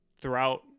throughout